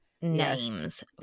names